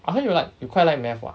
I heard you like you quite like math [what]